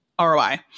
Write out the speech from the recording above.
ROI